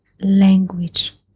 language